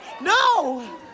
no